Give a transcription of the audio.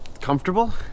comfortable